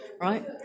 right